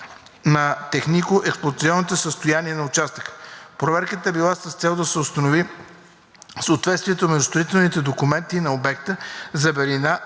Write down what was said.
на технико-експлоатационното състояние на участъка. Проверката е била с цел да се установи съответствието между строителните документи на обекта за дебелина